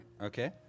okay